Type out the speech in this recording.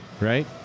right